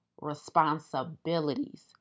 responsibilities